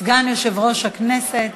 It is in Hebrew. סגן יושב-ראש הכנסת.